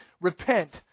Repent